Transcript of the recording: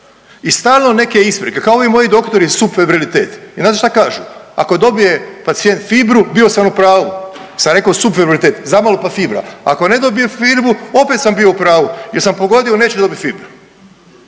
I stalno neke isprike kao i ovi moji doktori subfebrilitet i znate šta kažu ako dobije pacijent fibru, bio sam u pravu sam rekao subfebrilitet zamalo pa fibra, ako ne dobiju fibru opet sam bio u pravu jer sam pogodio neće dobiti fibru.